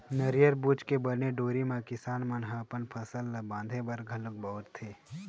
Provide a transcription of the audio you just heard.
नरियर बूच के बने डोरी म किसान मन ह अपन फसल ल बांधे बर घलोक बउरथे